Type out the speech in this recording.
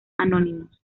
anónimos